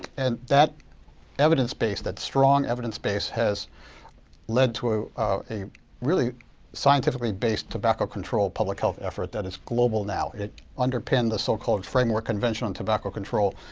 and that evidence base, that strong evidence base, has led to a really scientifically based tobacco control public health effort that is global now. it underpinned the so-called framework convention on tobacco control,